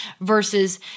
versus